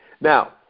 Now